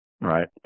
right